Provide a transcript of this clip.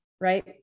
right